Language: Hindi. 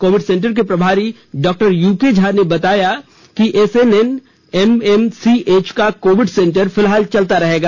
कोविड सेंटर के प्रभारी डॉ यूके ओझा ने बताया कि एसएनएमसीएच का कोविड सेंटर फिलहाल चलता रहेगा